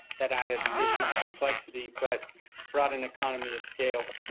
that added additional complexity, but brought an economy of scale.